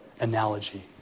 analogy